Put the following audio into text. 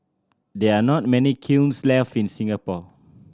there are not many kilns left in Singapore